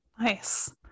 nice